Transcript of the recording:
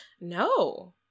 no